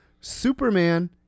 Superman